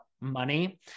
Money